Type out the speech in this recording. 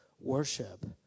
worship